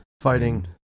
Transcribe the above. Fighting